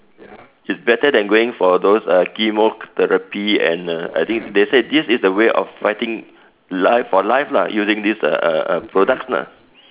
it's better than going for those uh chemotherapy and uh I think they say this is the way of fighting life for life lah using this uh uh products lah